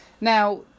Now